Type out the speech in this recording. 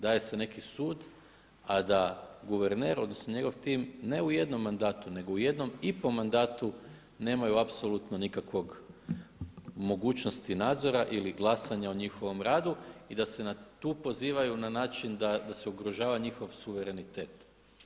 Daje se neki sud, a da guverner, odnosno njegov tim ne u jednom mandatu nego u jednom i po mandatu nemaju apsolutno nikakvog mogućnosti nadzora ili glasanja o njihovom radu i da se tu pozivaju na način da se ugrožava njihov suverenitet.